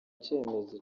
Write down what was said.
cyemezo